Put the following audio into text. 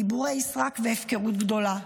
דיבורי סרק והפקרות גדולה.